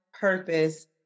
purpose